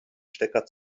stecker